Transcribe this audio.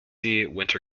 winter